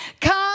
Come